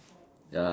ya